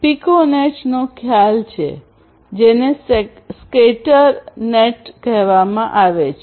પીકોનેટનો ખ્યાલ છે જેને સ્કેટર નેટ કહેવામાં આવે છે